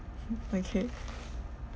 okay